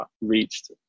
reached